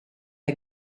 are